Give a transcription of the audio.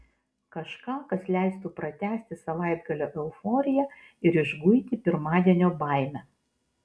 kažką kas leistų pratęsti savaitgalio euforiją ir išguiti pirmadienio baimę